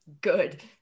Good